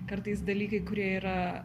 kartais dalykai kurie yra